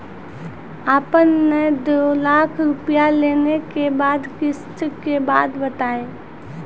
आपन ने दू लाख रुपिया लेने के बाद किस्त के बात बतायी?